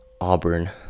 auburn